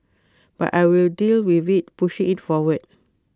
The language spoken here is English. but I will deal with IT pushing IT forward